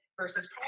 versus